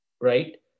right